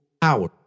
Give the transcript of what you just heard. power